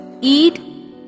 eat